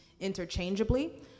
interchangeably